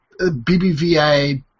BBVA